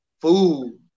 food